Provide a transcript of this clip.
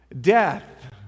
Death